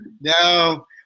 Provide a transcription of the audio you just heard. No